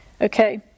Okay